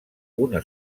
una